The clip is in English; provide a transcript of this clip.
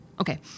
Okay